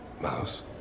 Mouse